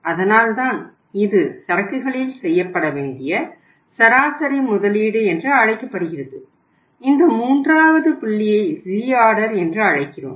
அதனால்தான் இது சரக்குகளில் செய்யப்பட வேண்டிய சராசரி முதலீடு என்று அழைக்கப்படுகிறது இந்த மூன்றாவது புள்ளியைப் ரீஆர்டர் என்று அழைக்கிறோம்